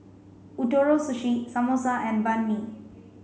Ootoro Sushi Samosa and Banh Mi